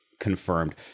confirmed